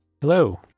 Hello